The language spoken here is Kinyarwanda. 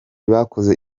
bakoze